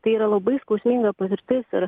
tai yra labai skausminga patirtis ir